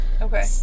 okay